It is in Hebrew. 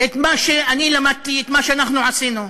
את מה שאני למדתי, את מה שאנחנו עשינו,